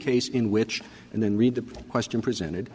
case in which and then read the question presented